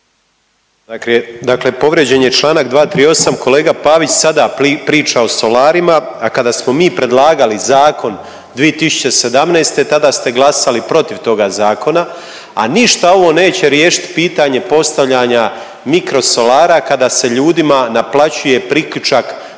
Dakle, povrijeđen je članak 238. Kolega Pavić sada priča o solarima, a kada smo mi predlagali zakon 2017. tada ste glasali protiv toga zakona, a ništa ovo neće riješiti pitanje postavljanja mikro solara kada se ljudima naplaćuje priključak 20